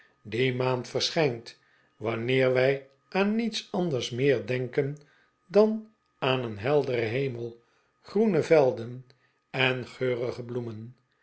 die maand verschijnt wanneer wij aan niets anders meer denken dan aan een helderen hemel groene velden ejn geurige bloemen